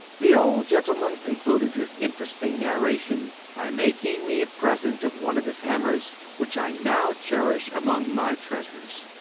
the old gentleman concluded his interesting narration by making me a present of one of his hammers, which i now cherish among my treasures.